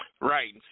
Right